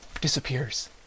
disappears